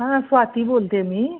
हां स्वाती बोलते मी